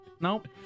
Nope